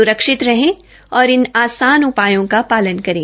सुरक्षित रहें और इन आसान उपायों का पालन करें